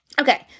Okay